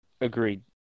Agreed